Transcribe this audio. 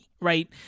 right